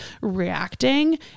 reacting